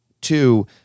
two